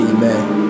Amen